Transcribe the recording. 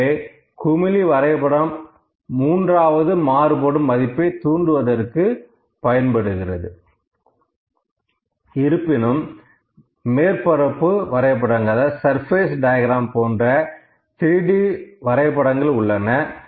எனவே குமிழி வரைபடம் மூன்றாவது மாறுபடும் மதிப்பை தூண்டுவதற்கு பயன்படுகிறது இருப்பினும் மேற்பரப்பு வரைபடங்கள் போன்ற 3D வரைபடங்கள் உள்ளன